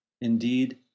Indeed